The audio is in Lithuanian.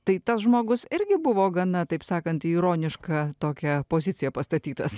tai tas žmogus irgi buvo gana taip sakant į ironišką tokią poziciją pastatytas